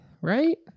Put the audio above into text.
right